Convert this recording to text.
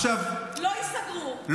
לא ייסגרו בתקציבים ספציפיים.